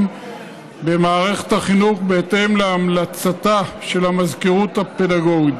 במערכת החינוך בהתאם להמלצתה של המזכירות הפדגוגית.